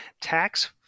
tax